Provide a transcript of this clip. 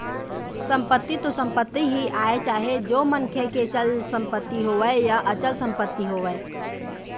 संपत्ति तो संपत्ति ही आय चाहे ओ मनखे के चल संपत्ति होवय या अचल संपत्ति होवय